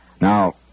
Now